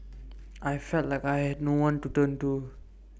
I felt like I had no one to turn to